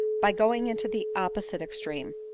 by going into the op posite extreme.